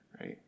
right